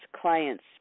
clients